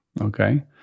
Okay